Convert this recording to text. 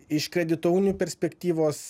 iš kredito unijų perspektyvos